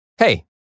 Hey